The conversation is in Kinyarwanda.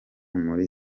muri